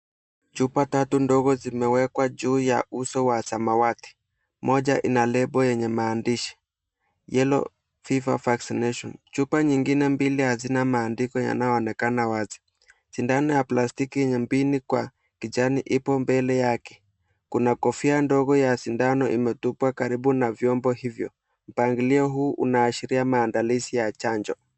Chupa tatu ndogo zimewekwa juu ya uso wa samawati, moja ina lebo yenye maandishi Yellow Fever Vaccination. Chupa nyingine mbili hazina maandiko yanayoonekana wazi, sindano ya plastiki yenye mpini kwa kijani ipo mbele yake, kuna kofia ndogo ya sindano imetupwa karibu na viombo hivyo, mpangilio huu unaashiria mandalizi ya chanjo.